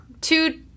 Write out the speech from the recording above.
two